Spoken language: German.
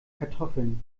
kartoffeln